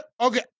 Okay